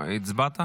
חברי הכנסת,